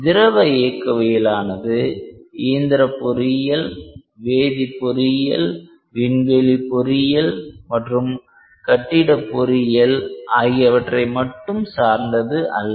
திரவ இயக்கவியலானது இயந்திரப் பொறியியல் வேதிப் பொறியியல் விண்வெளி பொறியியல் மற்றும் கட்டிட பொறியியல் ஆகியவற்றை மட்டும் சார்ந்தது அல்ல